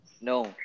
No